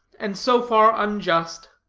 and so far unjust.